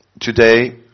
today